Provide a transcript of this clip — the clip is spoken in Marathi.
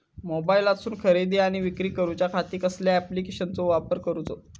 मोबाईलातसून खरेदी आणि विक्री करूच्या खाती कसल्या ॲप्लिकेशनाचो वापर करूचो?